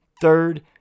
Third